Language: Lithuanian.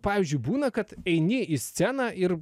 pavyzdžiui būna kad eini į sceną ir